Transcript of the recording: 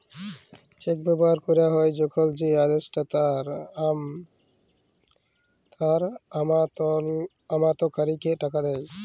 check ব্যবহার ক্যরা হ্যয় যখল যে আদেষ্টা তার আমালতকারীকে টাকা দেয়